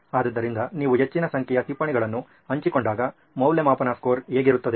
ಆದ್ದರಿಂದ ನೀವು ಹೆಚ್ಚಿನ ಸಂಖ್ಯೆಯ ಟಿಪ್ಪಣಿಗಳನ್ನು ಹಂಚಿಕೊಂಡಾಗ ಮೌಲ್ಯಮಾಪನ ಸ್ಕೋರ್ ಹೇಗಿರುತ್ತದೆ